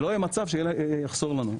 שלא יהיה מצב שיחסר לנו.